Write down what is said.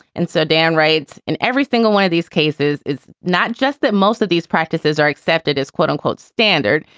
and so dan writes in every single one of these cases, it's not just that most of these practices are accepted as quote unquote standard,